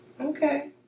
Okay